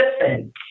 listen